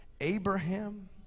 Abraham